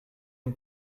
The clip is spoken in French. une